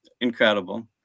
Incredible